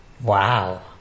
Wow